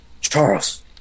Charles